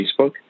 Facebook